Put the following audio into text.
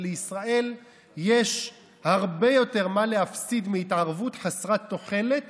ולישראל יש הרבה יותר מה להפסיד מהתערבות חסרת תוחלת